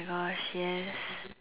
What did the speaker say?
!gosh! yes